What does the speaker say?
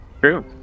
True